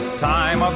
time.